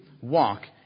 walk